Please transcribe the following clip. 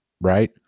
Right